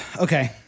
Okay